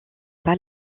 pas